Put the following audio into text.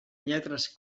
lletres